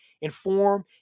inform